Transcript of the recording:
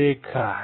देखा है